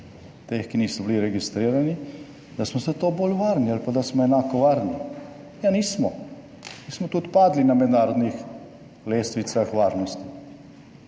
teh, ki niso bili registrirani, da smo za to bolj varni ali pa da smo enako varni. Ja, nismo. Mi smo tudi padli na mednarodnih lestvicah varnosti.